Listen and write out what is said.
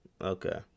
Okay